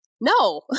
No